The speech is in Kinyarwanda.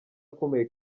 akomeye